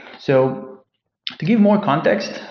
so to give more context,